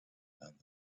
than